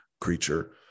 creature